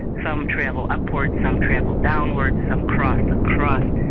some travel upwards, some travel downwards, some cross across,